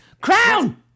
crown